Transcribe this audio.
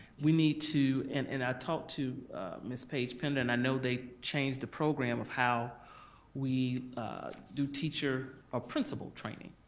we need to, and and i talked to ms. paige pender and i know they changed the program of how we do teacher or principal training.